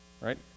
right